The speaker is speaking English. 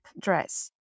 dress